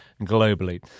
globally